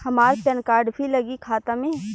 हमार PAN card भी लगी खाता में?